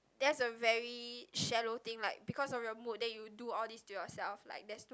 that's a very shallow thing like because of your mood then you do all these to yourself like that's too